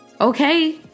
okay